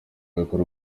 bikorwa